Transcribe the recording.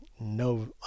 no